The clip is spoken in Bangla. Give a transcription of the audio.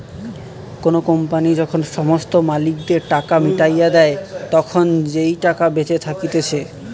কোনো কোম্পানি যখন সমস্ত মালিকদের টাকা মিটাইয়া দেই, তখন যেই টাকাটা বেঁচে থাকতিছে